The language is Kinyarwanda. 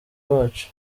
wacu